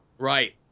Right